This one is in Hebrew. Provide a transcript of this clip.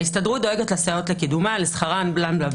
ההסתדרות דואגת לסייעות לקידומן, לשכרן וכולי...